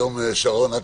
היום, שרון, את